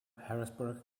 harrisburg